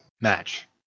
match